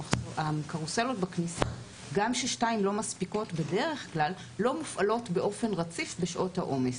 שהקרוסלות בכניסה לא פועלות באופן רציף בשעות העומס.